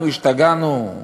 אנחנו השתגענו?